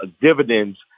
dividends